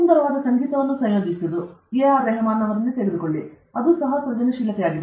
ಸುಂದರವಾದ ಸಂಗೀತವನ್ನು ಸಂಯೋಜಿಸುವುದು ಮೊಜಾರ್ಟ್ ಅಥವಾ ಎಆರ್ ರೆಹ್ಮಾನ್ ಅವರದ್ದು ಅದು ಸೃಜನಶೀಲತೆಯಾಗಿದೆ